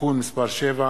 (תיקון מס' 7),